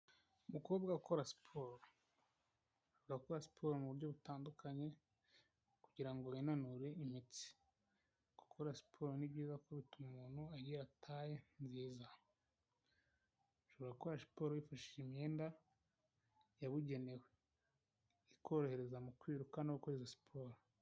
Umukobwa ukora siporo, urakora siporo mu buryo butandukanye kugira ngo winanure imitsi, gukora siporo ni byiza kuko bituma agira taye nziza, ushobora gukora siporo wifashisha imyenda yabugenewe, ikorohereza mu kwiruka no gukora izo siporo.